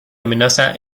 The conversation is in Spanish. amenaza